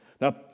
Now